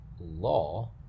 law